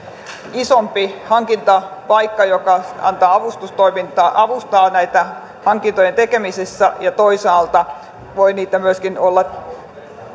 isompi hankintapaikka joka antaa avustustoimintaa avustaa hankintojen tekemisessä ja toisaalta voi niitä myöskin olla